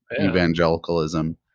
evangelicalism